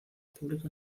pública